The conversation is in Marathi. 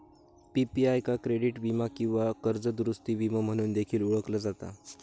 पी.पी.आय का क्रेडिट वीमा किंवा कर्ज दुरूस्ती विमो म्हणून देखील ओळखला जाता